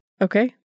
Okay